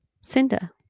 cinda